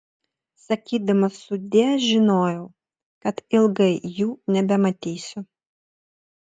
sakydamas sudie žinojau kad ilgai jų nebematysiu